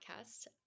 Podcast